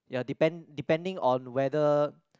ya depend depending on whether